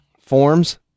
forms